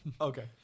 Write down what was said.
Okay